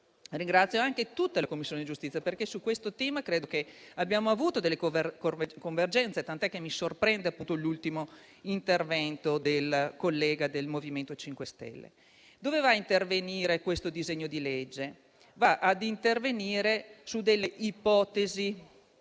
Ringrazio anche tutta la Commissione giustizia, perché su questo tema credo che abbiamo avuto alcune convergenze, tant'è che mi sorprende l'ultimo intervento del collega del MoVimento 5 Stelle. Il disegno di legge in esame va ad intervenire su ipotesi